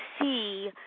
see